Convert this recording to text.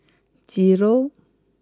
zero